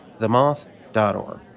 themoth.org